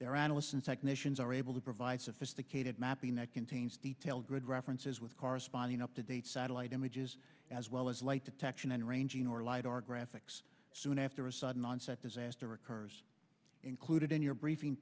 their analysts and technicians are able to provide sophisticated mapping that contains detail good references with corresponding up to date satellite images as well as light detection and ranging or light or graphics soon after a sudden onset disaster occurs included in your briefing